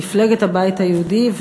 מפלגת הבית היהודי,